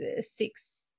six